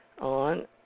on